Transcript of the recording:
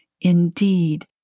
Indeed